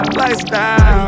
lifestyle